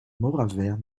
mauravert